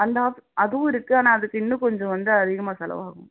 அந்த ஆஃப் அதுவும் இருக்கு ஆனால் அதுக்கு இன்னும் கொஞ்சம் வந்து அதிகமாக செலவாகும்